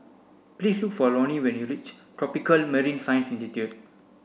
please look for Lonie when you reach Tropical Marine Science Institute